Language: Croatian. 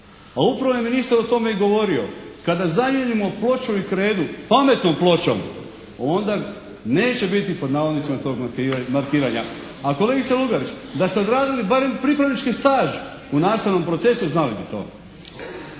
A upravo je ministar o tome i govorio. Kada zamijenimo ploču i kredu pametnom pločom onda neće biti pod navodnicima toga "markiranja" A kolegica Lugarić da ste odradili barem pripravnički staž u nastavnom procesu znali bi to.